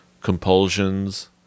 compulsions